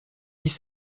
dix